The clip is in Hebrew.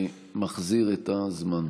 בבקשה.